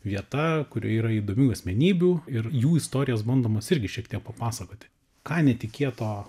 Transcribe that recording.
vieta kurioje yra įdomių asmenybių ir jų istorijos bandomos irgi šiek tiek papasakoti ką netikėto